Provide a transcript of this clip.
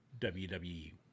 WWE